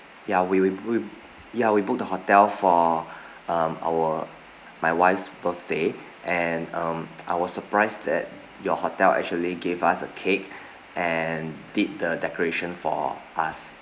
ya we we ya we booked the hotel for uh our my wife's birthday and um I was surprised that your hotel actually gave us a cake and did the decoration for us